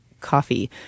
coffee